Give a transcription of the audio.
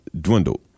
dwindled